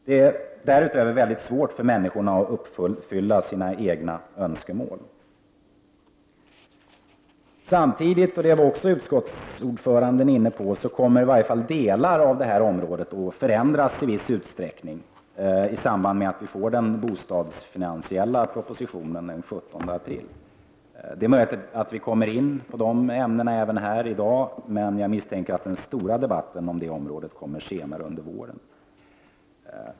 Dessutom är det mycket svårt för människor att få sina önskemål uppfyllda. Samtidigt — och även detta berörde utskottsordföranden — kommer i varje fall delar av detta område att förändras i viss utsträckning i samband med att vi föreläggs den bostadsfinansiella propositionen den 17 april. Det är möjligt att vi kommer att beröra de frågorna även i dag, men jag misstänker att den stora debatten på det området kommer senare under våren.